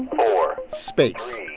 four. space.